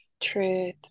truth